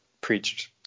preached